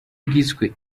bwiswe